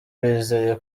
bizeye